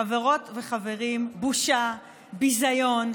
חברות וחברים בושה, ביזיון.